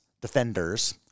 defenders